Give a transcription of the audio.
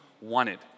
wanted